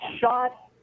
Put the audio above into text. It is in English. shot